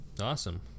Awesome